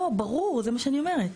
לא, ברור, זה מה שאני אומרת.